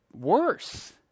worse